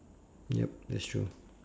yup that's true